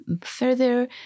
further